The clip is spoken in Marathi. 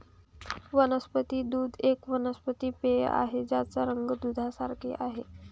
वनस्पती दूध एक वनस्पती पेय आहे ज्याचा रंग दुधासारखे आहे